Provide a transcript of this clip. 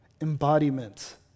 embodiment